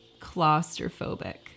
Claustrophobic